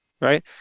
Right